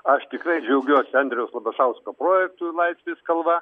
aš tikrai džiaugiuosi andriaus labašausko projektu laisvės kalva